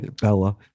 Bella